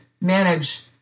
manage